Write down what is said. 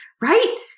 right